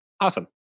Awesome